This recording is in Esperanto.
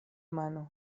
mano